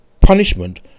punishment